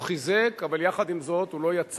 הוא חיזק, אבל יחד עם זאת הוא לא יצר